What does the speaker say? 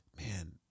man